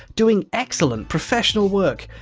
doing excellent professional work,